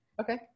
Okay